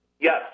Yes